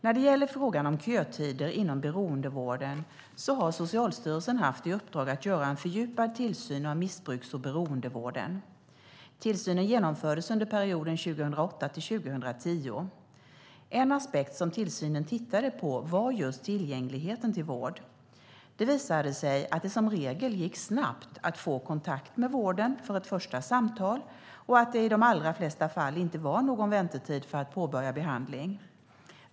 När det gäller frågan om kötider inom beroendevården har Socialstyrelsen haft i uppdrag att göra en fördjupad tillsyn av missbruks och beroendevården. Tillsynen genomfördes under perioden 2008-2010. En aspekt som man tittade på var just tillgängligheten till vård. Det visade sig att det som regel gick snabbt att få kontakt med vården för ett första samtal och att det i de allra flesta fall inte var någon väntetid för att påbörja behandling.